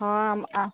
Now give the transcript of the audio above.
ହଁ